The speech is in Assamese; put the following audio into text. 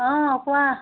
অঁ কোৱা